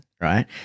Right